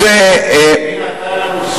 מי נתן לנו את